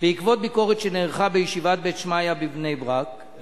בעקבות ביקורת שנערכה בישיבת "בית שמעיה" בבני-ברק,